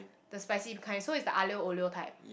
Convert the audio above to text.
the spicy kind so is the aglio olio type